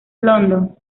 london